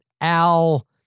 Al